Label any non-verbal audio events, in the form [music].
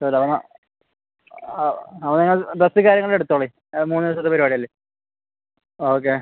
[unintelligible] ആ അത് നിങ്ങൾ ഡ്രസ്സ് കാര്യങ്ങൾ എടുത്തോളി ആ മൂന്ന് ദിവസത്ത പരിപാടി അല്ലേ ഓക്കെ